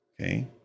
Okay